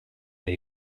dei